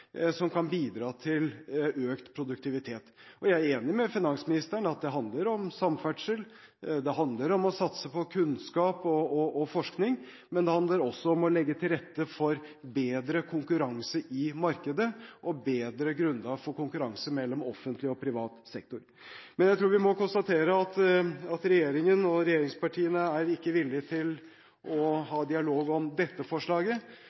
finansministeren i at det handler om samferdsel, om å satse på kunnskap og forskning, men det handler også om å legge til rette for bedre konkurranse i markedet og bedre grunnlag for konkurranse mellom offentlig og privat sektor. Jeg tror vi må konstatere at regjeringen og regjeringspartiene ikke er villige til å ha dialog om dette forslaget.